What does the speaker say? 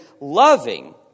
loving